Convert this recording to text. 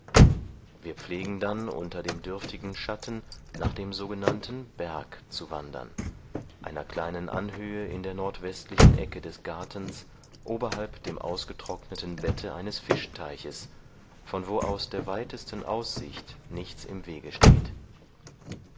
wir pflegen dann unter dem dürftigen schatten nach dem sogenannten berg zu wandern einer kleinen anhöhe in der nordwestlichen ecke des gartens oberhalb dem ausgetrockneten bette eines fischteiches von wo aus der weitesten aussicht nichts im wege steht